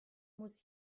muss